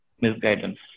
misguidance